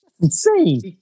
Insane